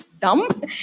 dumb